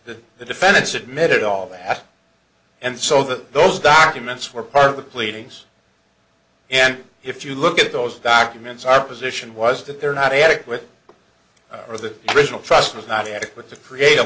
that the defendants admitted all that and so that those documents were part of the pleadings and if you look at those documents our position was that they're not adequate or the original trust was not adequate to create a